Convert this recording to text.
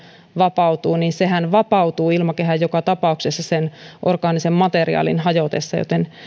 vapautuu vapautuu ilmakehään joka tapauksessa sen orgaanisen materiaalin hajotessa joten